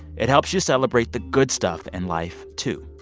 it helps you celebrate the good stuff in life, too.